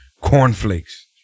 cornflakes